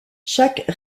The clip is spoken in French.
chaque